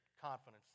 confidence